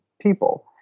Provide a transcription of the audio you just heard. people